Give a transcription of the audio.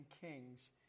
Kings